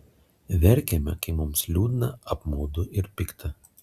verkiame kai mums liūdna apmaudu ir pikta